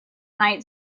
knight